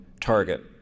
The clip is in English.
target